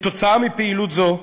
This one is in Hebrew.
עקב פעילות זו,